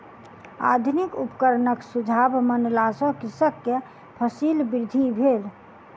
आधुनिक उपकरणक सुझाव मानला सॅ कृषक के फसील वृद्धि भेल